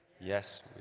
yes